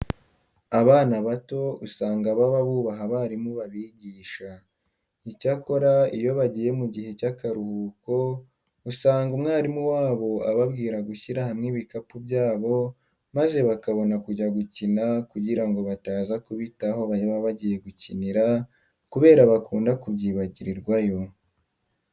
Abana bato usanga baba bubaha abarimu babigisha. Icyakora iyo bagiye mu gihe cy'akaruhuko usanga umwarimu wabo ababwira gushyira hamwe ibikapu byabo maze bakabona kujya gukina kugira ngo bataza kubita aho baba bagiye gukinira kubera bakunda kubyibagirirwayo.